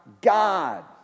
God